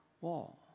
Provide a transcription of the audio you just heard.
wall